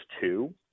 two